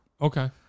Okay